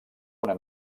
una